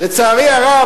לצערי הרב,